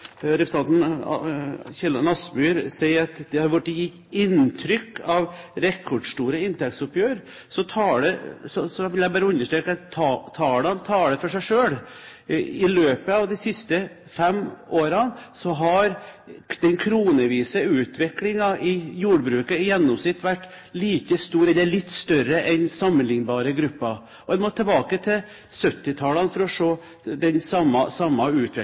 representanten Kielland Asmyhr sier at det har blitt gitt inntrykk av rekordstore inntektsoppgjør, vil jeg bare understreke at tallene taler for seg. I løpet av de siste fem årene har den kronevise utviklingen i jordbruket i gjennomsnitt vært like stor eller litt større enn for sammenlignbare grupper. En må tilbake til 1970-tallet for å se den samme